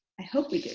i hope we do,